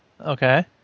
Okay